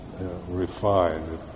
refined